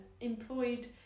employed